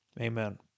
Amen